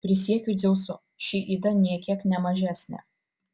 prisiekiu dzeusu ši yda nė kiek ne mažesnė